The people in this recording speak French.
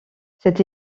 cet